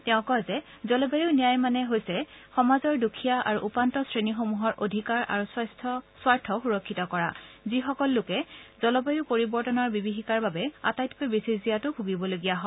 তেওঁ কয় যে জলবায়ু ন্যায় মানে হৈছে সমাজৰ দুখীয়া আৰু উপান্ত শ্ৰেণীসমূহৰ অধিকাৰ আৰু স্বাথ সুৰফ্ণিত কৰা যিসকল লোকে জলবায়ু পৰিৱৰ্তনৰ বিভীষিকাৰ বাবে আটাইতকৈ বেছি জীয়াতু ভূগিবলগীয়া হয়